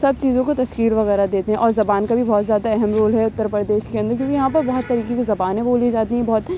سب چیزوں کو تشکیل وغیرہ دیتے ہیں اور زبان کا بھی بہت زیادہ اہم رول ہے اتر پردیش کے اندر کیوں کہ یہاں پہ بہت طریقے کی زبانیں بولی جاتی ہیں بہت